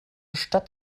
stadt